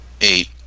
Eight